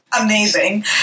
Amazing